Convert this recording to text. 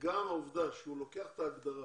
וגם העובדה שהוא לוקח את ההגדרה,